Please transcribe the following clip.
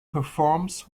performs